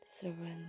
surrender